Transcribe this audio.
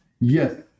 yes